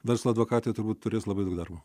verslo advokatai turbūt turės labai daug darbo